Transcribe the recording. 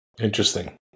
Interesting